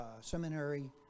seminary